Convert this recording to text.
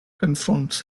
confronts